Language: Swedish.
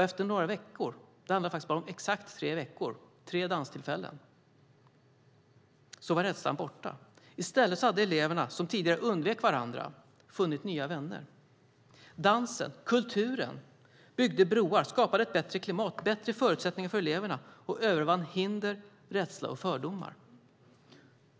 Efter några veckor - det handlade om bara exakt tre veckor, tre danstillfällen - var rädslan borta. I stället hade eleverna som tidigare undvek varandra funnit nya vänner. Dansen, kulturen, byggde broar, skapade ett bättre klimat, bättre förutsättningar för eleverna och övervann hinder, rädsla och fördomar.